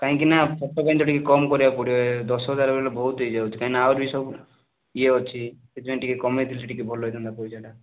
କାହିଁକି ନା ଫଟୋ ପାଇଁ ତ ଟିକେ କମ୍ କରିବାକୁ ପଡ଼ିବ ଦଶ ହଜାର ବେଲେ ବହୁତ ହେଇ ଯାଉଛି କାହିଁ ନା ଆହୁରି ସବୁ ଇଏ ଅଛି ସେଥିପାଇଁ ଟିକେ କମେଇ ଥିଲେ ଟିକେ ଭଲ ହେଇଥାନ୍ତା ପଇସାଟା